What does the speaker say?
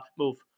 move